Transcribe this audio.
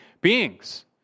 beings